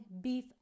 beef